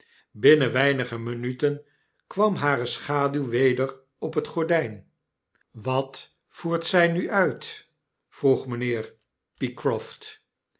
binnen weinige minuten kwam hare schaduw weder op de gordijn a wat voert zy nu uit vroeg mijnheer pycroft